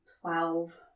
Twelve